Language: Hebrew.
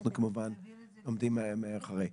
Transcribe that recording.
אנחנו כמובן עומדים מאחורי.